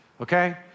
Okay